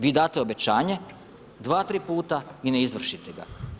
Vi date obećanje dva, tri puta i ne izvršite ga.